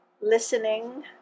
listening